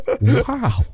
Wow